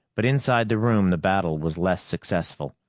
but inside the room, the battle was less successful.